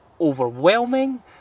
overwhelming